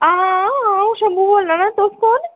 हां आं अ'ऊं शम्मू बोल्ला ना तुस कु'न